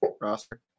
roster